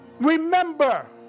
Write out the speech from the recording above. remember